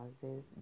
causes